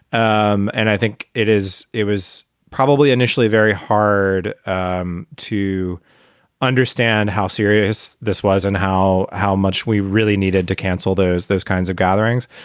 um and i think it is it was probably initially very hard um to understand how serious this was and how how much we really needed to cancel those those kinds of gatherings.